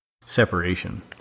separation